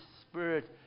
Spirit